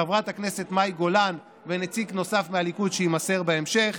חברת הכנסת מאי גולן ונציג נוסף מהליכוד שיימסר בהמשך,